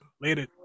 Later